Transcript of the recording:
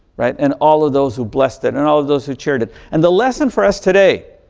right. and all of those who blessed it, and all of those who cheered it. and the lesson for us today,